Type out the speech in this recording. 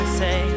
say